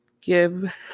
give